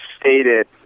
stated